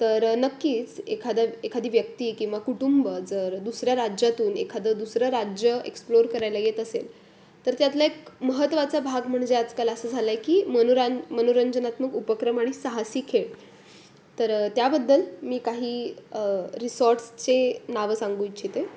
तर नक्कीच एखादा एखादी व्यक्ती किंवा कुटुंब जर दुसऱ्या राज्यातून एखादं दुसरं राज्य एक्सप्लोर करायला येत असेल तर त्यातला एक महत्वाचा भाग म्हणजे आजकाल असं झालं आहे की मनोरां मनोरंजनात्मक उपक्रम आणि साहसी खेळ तर त्याबद्दल मी काही रिसॉर्ट्सचे नावं सांगू इच्छिते